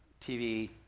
TV